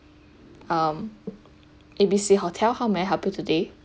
um A_B_C hotel how may I help you today